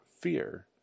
fear